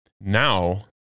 now